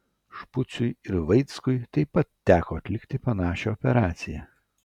špuciui ir vaickui taip pat teko atlikti panašią operaciją